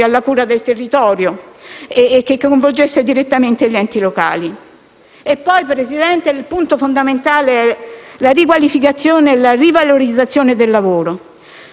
alla cura del territorio, coinvolgendo direttamente gli enti locali. Signor Presidente, il punto fondamentale è la riqualificazione e la rivalorizzazione del lavoro.